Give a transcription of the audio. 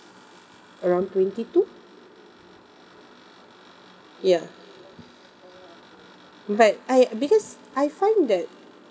around twenty-two ya but I because I find that